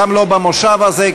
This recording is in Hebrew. גם לא במושב הזה,